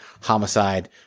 Homicide